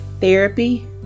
Therapy